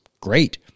great